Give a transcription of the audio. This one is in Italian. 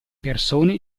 persone